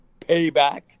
payback